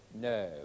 No